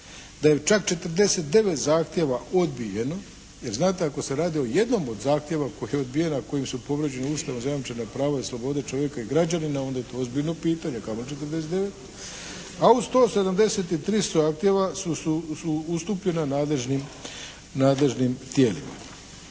da je čak 49 zahtjeva odbijeno, jer znate ako se radi o jednom od zahtjeva koji je odbijen, a kojim su povrijeđeni Ustavom zajamčena prava i slobode čovjeka i građanina onda je to ozbiljno pitanje kamo 49, a uz to 73 zahtjeva su ustupljena nadležnim tijelima.